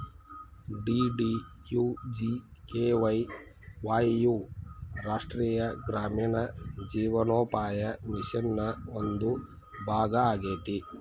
DDUGKY ವಾಯ್ ಯು ರಾಷ್ಟ್ರೇಯ ಗ್ರಾಮೇಣ ಜೇವನೋಪಾಯ ಮಿಷನ್ ನ ಒಂದು ಭಾಗ ಆಗೇತಿ